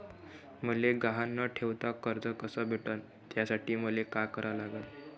मले गहान न ठेवता कर्ज कस भेटन त्यासाठी मले का करा लागन?